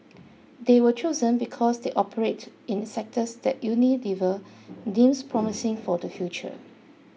they were chosen because they operate in sectors that Unilever deems promising for the future